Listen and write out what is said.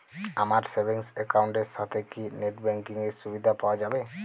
আমার savings account এর সাথে কি নেটব্যাঙ্কিং এর সুবিধা পাওয়া যাবে?